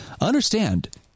understand